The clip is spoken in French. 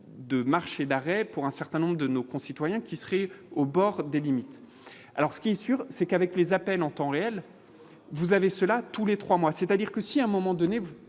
de marché d'arrêt pour un certain nombre de nos concitoyens qui serait au bord des limites alors ce qui est sûr c'est qu'avec les appels en temps réel, vous avez cela tous les 3 mois, c'est à dire que si à un moment donné